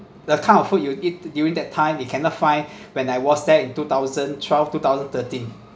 the kind of food you eat during that time you cannot find when I was there in two thousand twelve two thousand thirteen